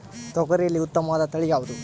ತೊಗರಿಯಲ್ಲಿ ಉತ್ತಮವಾದ ತಳಿ ಯಾವುದು?